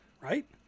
right